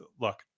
look